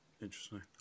Interesting